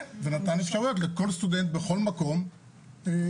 כן, זה נתן אפשרויות לכל סטודנט בכל מקום להירשם.